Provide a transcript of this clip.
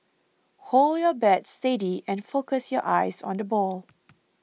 hold your bat steady and focus your eyes on the ball